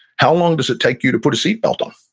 how long does it take you to put a seatbelt on?